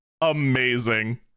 amazing